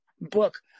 book